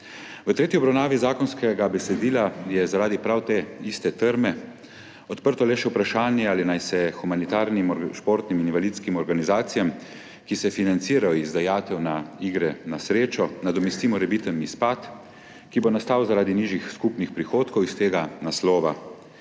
V tretji obravnavi zakonskega besedila je zaradi prav te iste trme odprto le še vprašanje, ali naj se humanitarnim, športnim in invalidskim organizacijam, ki se financirajo iz dajatev iger na srečo, nadomesti morebiten izpad, ki bo nastal zaradi nižjih skupnih prihodkov s tega naslova.